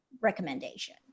recommendation